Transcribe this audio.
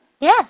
Yes